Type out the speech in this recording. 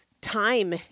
time